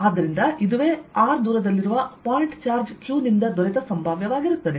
ಆದ್ದರಿಂದ ಇದುವೇ r ದೂರದಲ್ಲಿರುವ ಪಾಯಿಂಟ್ಚಾರ್ಜ್ q ಯಿಂದ ದೊರೆತ ಸಂಭಾವ್ಯವಾಗಿರುತ್ತದೆ